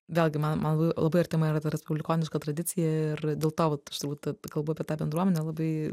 vėlgi man man labai artima yra ta respublikoniška tradicija ir dėl to va aš turbūt kalbu apie tą bendruomenę labai